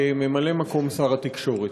היא כממלא מקום שר התקשורת.